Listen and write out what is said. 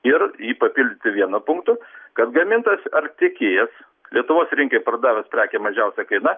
ir jį papildyti viena punktu kad gamintojas ar tiekėjas lietuvos rinkai pardavęs prekę mažiausia kaina